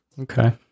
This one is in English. Okay